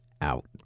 out